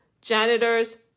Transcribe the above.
janitors